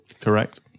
Correct